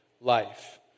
life